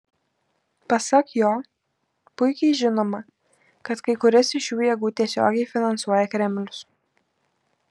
pasak jo puikiai žinoma kad kai kurias iš šių jėgų tiesiogiai finansuoja kremlius